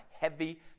heavy